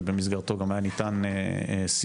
שבמסגרתו גם היה ניתן סיוע,